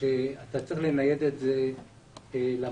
שאתה צריך לנייד למעבדה.